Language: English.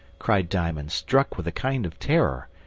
cried diamond, struck with a kind of terror,